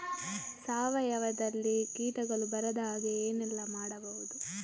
ಸಾವಯವದಲ್ಲಿ ಕೀಟಗಳು ಬರದ ಹಾಗೆ ಏನೆಲ್ಲ ಮಾಡಬಹುದು?